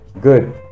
Good